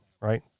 right